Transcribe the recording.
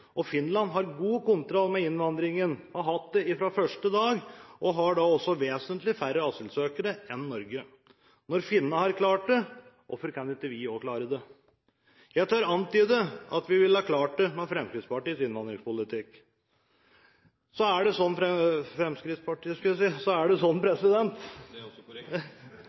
og Finland har god kontroll med innvandringen. Det har de hatt fra første dag og har også vesentlig færre asylsøkere enn Norge. Når finnene har klart det, hvorfor kan ikke vi også klare det? Jeg tør antyde at vi ville ha klart det med Fremskrittspartiets innvandringspolitikk. Så er det sånn at de fleste som søker asyl i Norge, begrunner søknadene sine med at de er